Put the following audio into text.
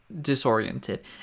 disoriented